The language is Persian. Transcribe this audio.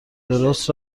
درست